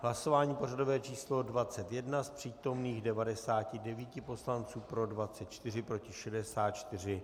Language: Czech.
Hlasování pořadové číslo 21, z přítomných 99 poslanců pro 24, proti 64.